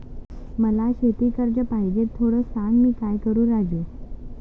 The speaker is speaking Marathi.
मला शेती कर्ज पाहिजे, थोडं सांग, मी काय करू राजू?